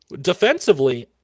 defensively